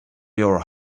your